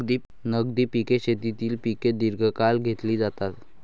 नगदी पिके शेतीतील पिके दीर्घकाळ घेतली जातात